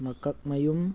ꯃꯀꯛꯃꯌꯨꯝ